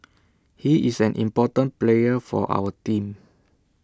he's an important player for our team